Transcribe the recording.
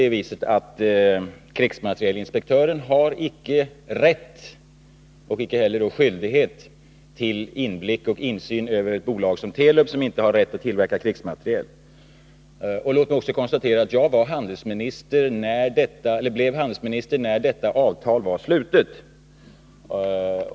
Det är ju så att krigsmaterielinspektören inte har någon rätt — och därmed inte heller någon skyldighet — till inblick och insyn över ett bolag som Telub, som inte har rätt att tillverka krigsmateriel. Låt mig också konstatera att jag blev handelsminister sedan detta avtal hade slutits.